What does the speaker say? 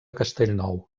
castellnou